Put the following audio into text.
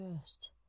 first